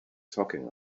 talking